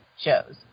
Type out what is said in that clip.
shows